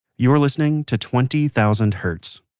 you're listening to twenty thousand hertz.